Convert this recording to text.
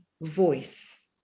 voice